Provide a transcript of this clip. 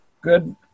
Good